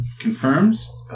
Confirms